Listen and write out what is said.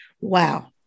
Wow